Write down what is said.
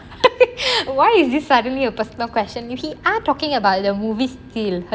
why is this suddenly a personal question we are talking about the movie still hello